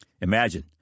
Imagine